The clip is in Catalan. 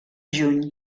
juny